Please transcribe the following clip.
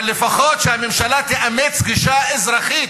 אבל לפחות שהממשלה תאמץ גישה אזרחית,